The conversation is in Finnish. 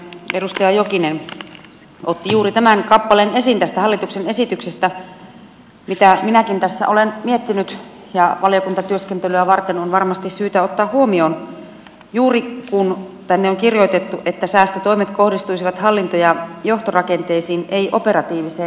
edustaja jokinen otti hallituksen esityksestä esiin juuri tämän kappaleen mitä minäkin tässä olen miettinyt ja valiokuntatyöskentelyä varten on varmasti syytä ottaa huomioon juuri se kun tänne on kirjoitettu että säästötoimet kohdistuisivat hallinto ja johtorakenteisiin ei operatiiviseen työhön